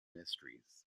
mysteries